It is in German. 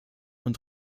und